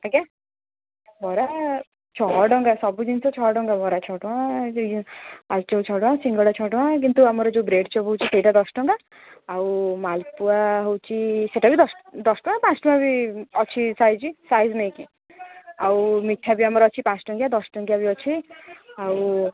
ଆଜ୍ଞା ବରା ଛଅ ଟଙ୍କା ସବୁ ଜିନିଷ ଛଅ ଟଙ୍କା ବରା ଛଅ ଟଙ୍କା ଆଳୁଚପ୍ ଛଅ ଟଙ୍କା ସିଙ୍ଗଡ଼ା ଛଅ ଟଙ୍କା କିନ୍ତୁ ଆମର ଯେଉଁ ବ୍ରେଡ଼ଚପ୍ ହେଉଛି ସେଇଟା ଦଶ ଟଙ୍କା ଆଉ ମାଲପୁଆ ହେଉଛି ସେଟା ବି ଦଶ ଟଙ୍କା ପାଞ୍ଚ ଟଙ୍କା ବି ଅଛି ସାଇଜ୍ ସାଇଜ୍ ନେଇକି ଆଉ ମିଠା ବି ଆମର ଅଛି ପାଞ୍ଚ ଟଙ୍କିଆ ଦଶ ଟଙ୍କିଆ ବି ଅଛି ଆଉ